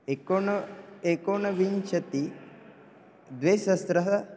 एकोन एकोनविंशतिः द्विसहस्रः